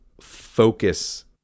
focus